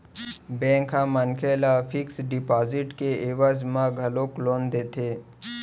bank ह मनखे ल फिक्स डिपाजिट के एवज म घलोक लोन देथे